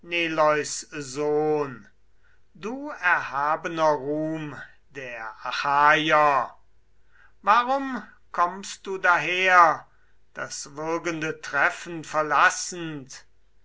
du erhabener ruhm der achaier warum kommst du daher das würgende treffen verlassend